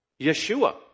Yeshua